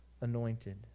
anointed